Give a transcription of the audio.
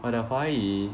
我的华语 uh